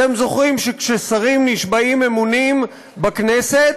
אתם זוכרים שכששרים נשבעים אמונים בכנסת,